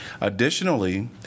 Additionally